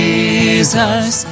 Jesus